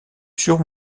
sûr